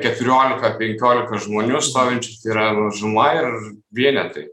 keturiolika penkiolika žmonių stovinčių tai yra mažuma ir vienetai